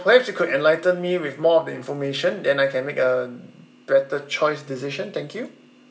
perhaps you could enlighten me with more of the information than I can make a better choice decision thank you